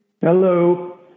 hello